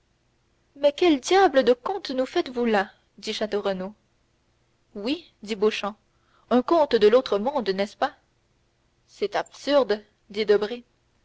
mais quel diable de conte nous faites-vous là dit château renaud oui dit beauchamp un conte de l'autre monde n'est-ce pas c'est absurde dit debray